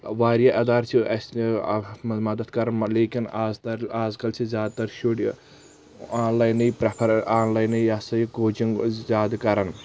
واریاہ اِدار چھِ اسہِ اتھ منٛز مدد کران لیکِن آز تر آز کل چھِ زیادٕ تر شُرۍ آن لاینٕے پرٮ۪فر آن لاینٕے یہ ہسا یہِ کوچنگ زیادٕ کران